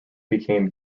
became